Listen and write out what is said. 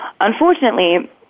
Unfortunately